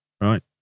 Right